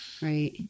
Right